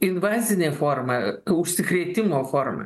invazinė forma užsikrėtimo forma